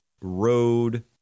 road